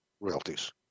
royalties